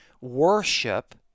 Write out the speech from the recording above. worship